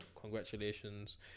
congratulations